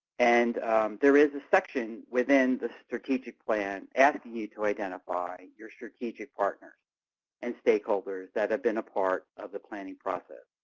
and there is a section within the strategic plan asking you to identify your strategic partners and stakeholders that have been a part of the planning process.